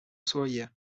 своє